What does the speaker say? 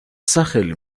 სახელი